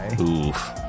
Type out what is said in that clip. Oof